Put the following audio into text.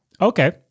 okay